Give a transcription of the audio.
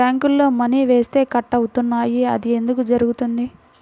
బ్యాంక్లో మని వేస్తే కట్ అవుతున్నాయి అది ఎందుకు జరుగుతోంది?